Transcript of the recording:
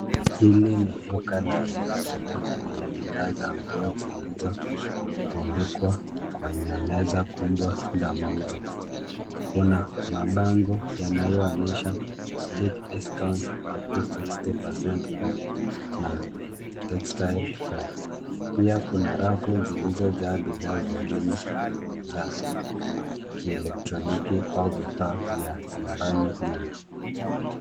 Hili ni duka ya reja reja lenye bidhaa za nguo zilizotundikwa kwenye meza kubwa za mauzo. Kuna mabango yanayoonyesha (cs)Big discount upto 60% off na Textile fare(cs). Pia, kuna rafu zilizojaa bidhaa zingine za kielektroniki au vifaa vya nyumbani nyuma.